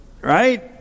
right